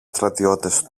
στρατιώτες